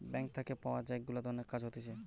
bank থাকে পাওয়া cheque গুলাতে অনেক কাজ হতিছে